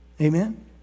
amen